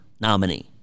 nominee